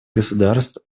государств